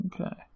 Okay